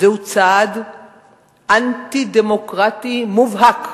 זהו צעד אנטי-דמוקרטי מובהק,